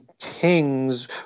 kings